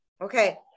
okay